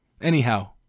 Anyhow